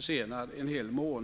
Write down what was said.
tre veckor försenade.